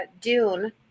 Dune